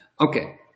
Okay